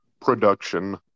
production